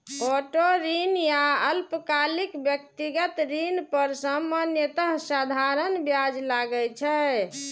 auto ऋण या अल्पकालिक व्यक्तिगत ऋण पर सामान्यतः साधारण ब्याज लागै छै